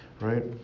right